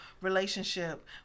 relationship